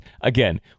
again